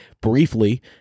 briefly